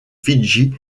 fidji